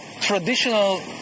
traditional